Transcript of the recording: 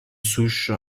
souche